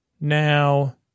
Now